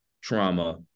trauma